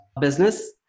business